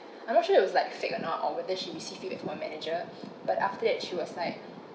I'm not sure if it was like fake or not or whether she received feedback from her manager but after that she was like